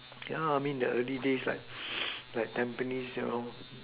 ya I mean the early days like like Tampines you know